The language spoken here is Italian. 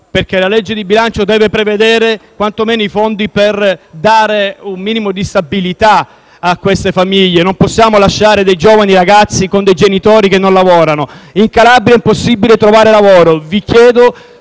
perché la legge di bilancio deve prevedere quantomeno i fondi per dare un minimo di stabilità a queste famiglie. Non possiamo lasciare dei giovani ragazzi con dei genitori che non lavorano. In Calabria è impossibile trovare lavoro. Vi chiedo